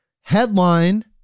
headline